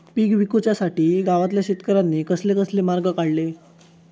पीक विकुच्यासाठी गावातल्या शेतकऱ्यांनी कसले कसले मार्ग काढले?